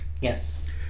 Yes